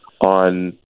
on